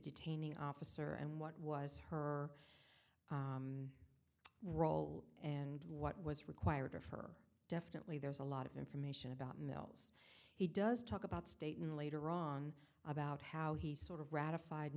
detaining officer and what was her role and what was required of her definitely there's a lot of information about mills he does talk about state and later wrong about how he sort of ratified